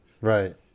Right